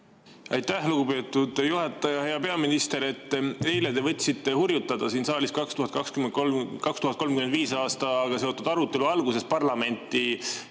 Aitäh, lugupeetud juhataja! Hea peaminister! Te eile võtsite hurjutada siin saalis 2035. aastaga seotud arutelu alguses parlamenti